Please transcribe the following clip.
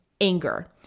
anger